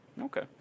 Okay